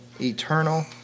eternal